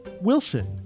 wilson